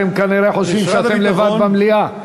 אתם כנראה חושבים שאתם לבד במליאה.